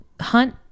Hunt